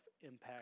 impact